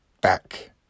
back